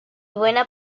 buena